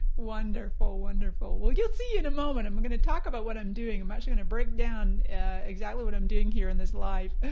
wonderful, wonderful. we'll you'll see in a moment, and i'm going to talk about what i'm doing. i'm actually going to break down exactly what i'm doing here in this live.